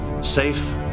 Safe